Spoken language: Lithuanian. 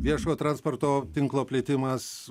viešojo transporto tinklo plėtimas